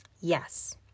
yes